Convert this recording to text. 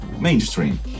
mainstream